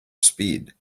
speed